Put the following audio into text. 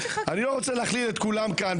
אני לא רוצה להכליל את כולן כאן,